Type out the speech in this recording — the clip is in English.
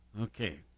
Okay